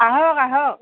আহক আহক